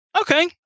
Okay